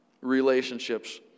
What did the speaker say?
relationships